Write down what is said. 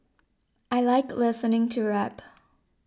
I like listening to rap